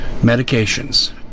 medications